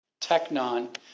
technon